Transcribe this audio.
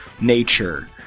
nature